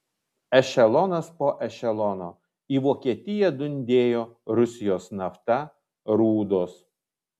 ešelonas po ešelono į vokietiją dundėjo rusijos nafta rūdos